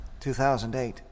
2008